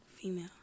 female